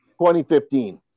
2015